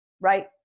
right